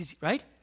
right